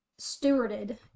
stewarded